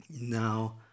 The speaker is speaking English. Now